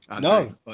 No